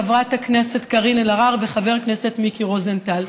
חברת הכנסת קארין אלהרר וחבר הכנסת מיקי רוזנטל.